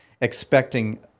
expecting